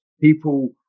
people